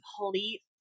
complete